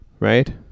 right